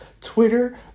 Twitter